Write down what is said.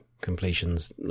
completions